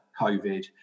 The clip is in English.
COVID